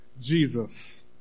Jesus